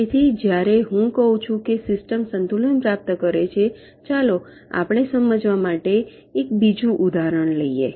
તેથી જ્યારે હું કહું છું કે સિસ્ટમ સંતુલન પ્રાપ્ત કરે છે ચાલો આપણે સમજાવવા માટે બીજું એક ઉદાહરણ લઈએ